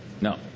No